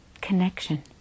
connection